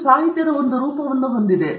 ಇದು ಸಾಹಿತ್ಯದ ಒಂದು ರೂಪವನ್ನು ಹೊಂದಿದೆ